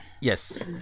Yes